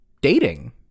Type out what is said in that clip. dating